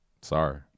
sorry